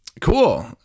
Cool